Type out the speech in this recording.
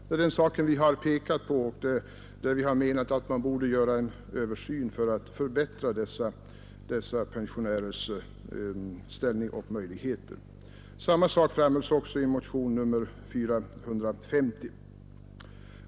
Det är dessa saker vi har pekat på och menat att det borde göras en översyn för att förbättra dessa pensionärers ställning och möjligheter till förbättrade pensioner. Samma sak framhålles också i motionen 450.